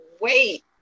wait